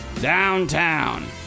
downtown